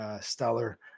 stellar